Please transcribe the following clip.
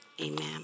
amen